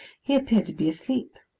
he appeared to be asleep.